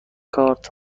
کارت